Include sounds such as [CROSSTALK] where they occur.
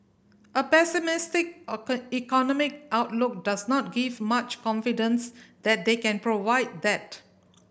a pessimistic [UNINTELLIGIBLE] economic outlook does not give much confidence that they can provide that